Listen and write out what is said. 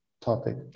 topic